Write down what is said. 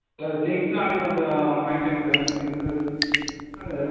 sir அது திங்க்ஸ்லாம் அப்படியே கொஞ்சம் வாங்கிக்கங்க சார் என்னென்ன திங்க்ஸ் வேணும் அது அது